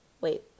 wait